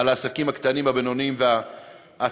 על העסקים הקטנים והבינוניים והעצמאיים,